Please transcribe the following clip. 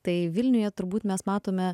tai vilniuje turbūt mes matome